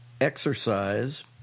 Exercise